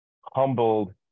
humbled